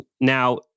Now